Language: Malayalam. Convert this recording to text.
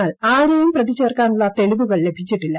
എന്നാൽ ആരെയും പ്രതി ചേർക്കാനുള്ള തെളിവുകൾ ലഭിച്ചിട്ടില്ല